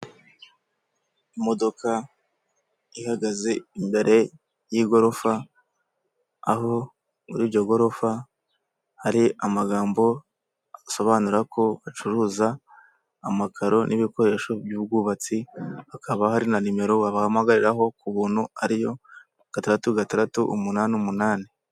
Imodoka ihagaze imbere y'igorofa aho muri iryo gorofa hari amagambo asobanura ko bacuruza amakaro n'ibikoresho by'ubwubatsi hakaba hari na nimero babahamagariraho ku buntu ariyo gatandatu gatandatu umunani umunani.